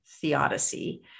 theodicy